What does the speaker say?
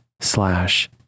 slash